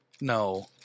No